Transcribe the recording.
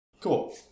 cool